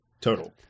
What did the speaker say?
total